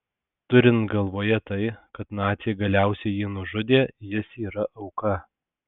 turint galvoje tai kad naciai galiausiai jį nužudė jis yra auka